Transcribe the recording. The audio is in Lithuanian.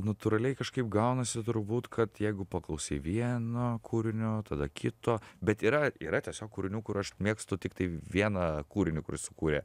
natūraliai kažkaip gaunasi turbūt kad jeigu paklausei vieno kūrinio tada kito bet yra yra tiesiog kūrinių kur aš mėgstu tiktai vieną kūrinį kurį sukūrė